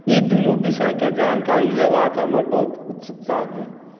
ई दुनू विषयके जानकारी लेबाक हमर बहुत उत्सुकता भेल